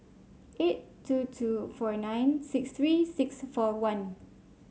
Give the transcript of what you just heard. eight two two four nine six three six four one